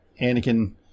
Anakin